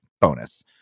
Bonus